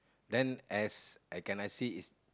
then as can I see is